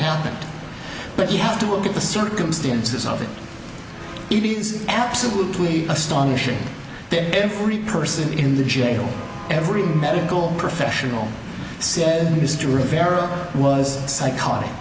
happened but you have to look at the circumstances of it even it's absolutely astonishing that every person in the jail every medical professional said mr rivera was psychotic